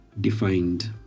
defined